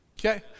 okay